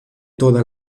toda